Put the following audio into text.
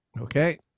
Okay